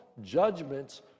judgments